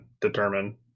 determine